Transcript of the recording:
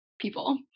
people